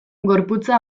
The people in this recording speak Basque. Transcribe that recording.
gorputza